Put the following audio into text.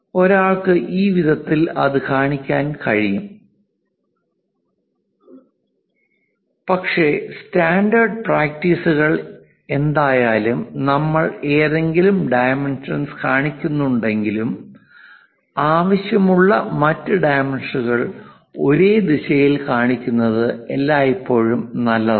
ഒരാൾക്ക് ഈ വിധത്തിൽ അത് കാണിക്കാൻ കഴിയും പക്ഷേ സ്റ്റാൻഡേർഡ് പ്രാക്ടീസുകൾ എന്തായാലും നമ്മൾ ഏതെങ്കിലും ഡൈമെൻഷൻസ് കാണിക്കുന്നുണ്ടെങ്കിലും ആവശ്യമുള്ള മറ്റ് ഡൈമെൻഷനുകൾ ഒരേ ദിശയിൽ കാണിക്കുന്നത് എല്ലായ്പ്പോഴും നല്ലതാണ്